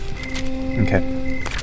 Okay